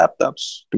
laptops